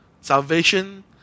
salvation